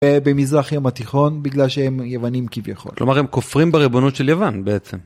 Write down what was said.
במזרח ים התיכון בגלל שהם יוונים כביכול, כלומר הם כופרים בריבונות של יוון בעצם.